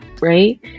right